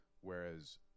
Whereas